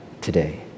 today